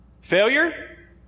Failure